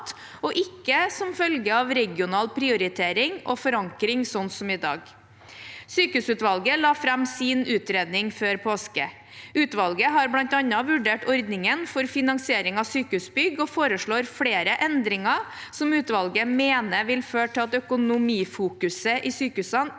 og ikke som følge av regional prioritering og forankring, slik som i dag. Sykehusutvalget la fram sin utredning før påske. Utvalget har bl.a. vurdert ordningen for finansiering av sykehusbygg og foreslår flere endringer som utvalget mener vil føre til at økonomifokuset i sykehusene ikke